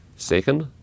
Second